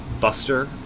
Buster